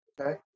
Okay